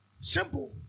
Simple